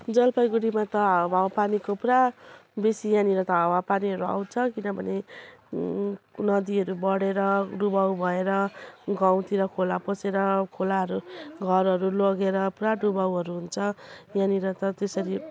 जलपाइगुडीमा त हावा पानीको पुरा बेसी यहाँनेर त हावा पानीहरू आउँछ किनभने नदीहरू बढेर डुबाउ भएर गाउँतिर खोला पसेर खोलाहरू घरहरू लगेर पुरा डुबाउहरू हुन्छ यहाँनेर त त्यसरी